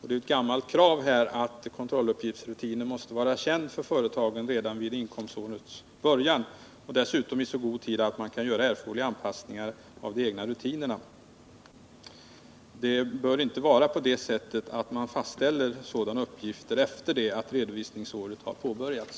Det är ett gammalt krav att kontrolluppgiftsrutinen måste vara känd för företagen redan vid inkomstårets början och dessutom i så god tid att de hinner göra erforderliga anpassningar av de egna rutinerna till den. Det bör således inte vara på det sättet att man fastställer sådana uppgifter efter det att redovisningsåret har påbörjats.